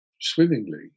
swimmingly